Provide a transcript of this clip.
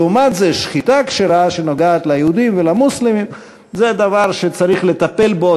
לעומת זה שחיטה כשרה שנוגעת ליהודים ולמוסלמים זה דבר שצריך לטפל בו